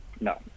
no